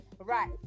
Right